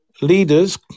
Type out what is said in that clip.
leaders